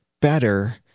better